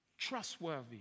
trustworthy